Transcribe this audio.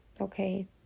Okay